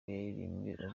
yaririmbwe